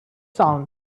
sound